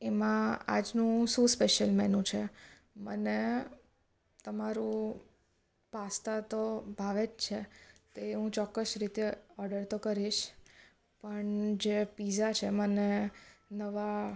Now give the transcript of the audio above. એમાં આજનું શું સ્પેસલ મેનુ છે મને તમારું પાસ્તા તો ભાવે જ છે તે હું ચોક્કસ રીતે ઓડર તો કરીશ પણ જે પીઝા છે મને નવા